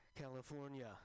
California